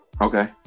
Okay